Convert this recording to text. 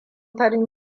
farin